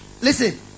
Listen